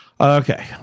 Okay